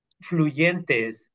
fluyentes